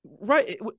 right